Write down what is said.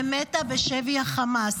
ומתה בשבי החמאס.